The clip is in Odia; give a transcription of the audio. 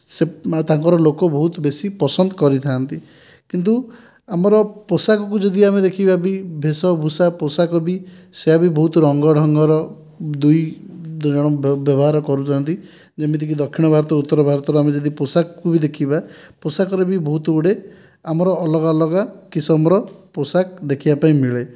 ସେ ତାଙ୍କର ଲୋକ ବହୁତ ବେଶି ପସନ୍ଦ କରିଥାନ୍ତି କିନ୍ତୁ ଆମର ପୋଷାକକୁ ବି ଯଦି ଆମେ ଦେଖିବା ବି ବେଶଭୂଷା ପୋଷାକ ସେରା ବି ବହୁତ ରଙ୍ଗ ଢଙ୍ଗର ଦୁଇ ଦୁଇ ଜଣ ବ୍ୟବହାର କରୁଛନ୍ତି ଯଦି ଆମେ ଦକ୍ଷିଣ ଭାରତ ଏବଂ ଉତ୍ତର ଭାରତର ପୋଷାକ ବି ଦେଖିବା ପୋଷାକରେ ବି ବହୁତ ଗୁଡ଼େ ଆମର ଅଲଗା ଅଲଗା କିସମର ପୋଷାକ ଦେଖିବା ପାଇଁ ମିଳେ